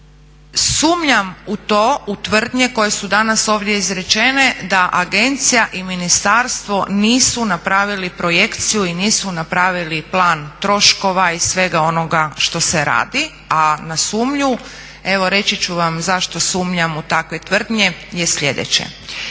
Sumnjam u tvrdnje koje su danas ovdje izrečene da agencija i ministarstvo nisu napravili projekciju i nisu napravili plan troškova i svega onoga što se radi, a na sumnju evo reći ću vam zašto sumnjam u takve tvrdnje je sljedeće.